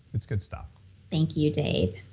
it's good stuff thank you, dave